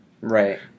Right